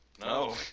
No